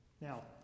Now